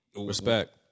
respect